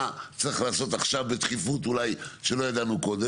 צריך לעשות עכשיו בדחיפות אולי שלא ידענו קודם,